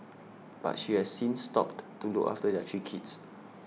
but she has since stopped to look after their three kids